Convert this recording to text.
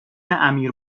امیر